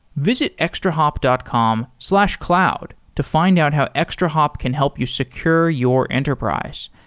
visit extrahop dot com slash cloud to find out how extrahop can help you secure your enterprise.